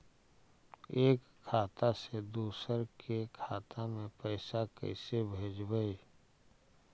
एक खाता से दुसर के खाता में पैसा कैसे भेजबइ?